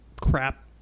crap